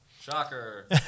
Shocker